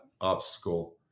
obstacle